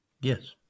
Yes